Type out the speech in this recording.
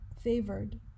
favored